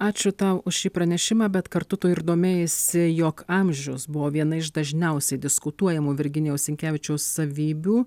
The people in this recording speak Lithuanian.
ačiū tau už šį pranešimą bet kartu tu ir domėjaisi jog amžius buvo viena iš dažniausiai diskutuojamų virginijaus sinkevičiaus savybių